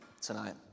tonight